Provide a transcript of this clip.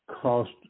cost